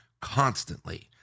constantly